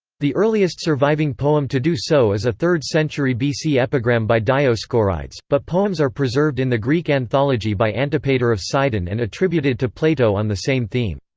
the earliest surviving poem to do so is a third-century bc epigram by dioscorides, but poems are preserved in the greek anthology by antipater of sidon and attributed to plato on the same theme.